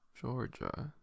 Georgia